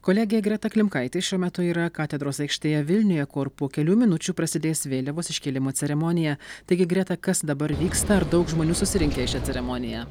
kolegė greta klimkaitė šiuo metu yra katedros aikštėje vilniuje kur po kelių minučių prasidės vėliavos iškėlimo ceremonija taigi greta kas dabar vyksta ar daug žmonių susirinkę į šią ceremoniją